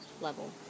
level